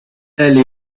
elle